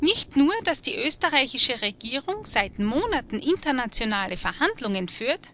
nicht nur daß die österreichische regierung seit monaten internationale verhandlungen führt